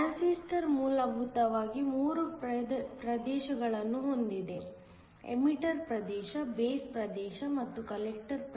transistor ಮೂಲಭೂತವಾಗಿ ಮೂರು ಪ್ರದೇಶಗಳನ್ನು ಹೊಂದಿದೆ ಎಮಿಟರ್ ಪ್ರದೇಶ ಬೇಸ್ ಮತ್ತು ಕಲೆಕ್ಟರ್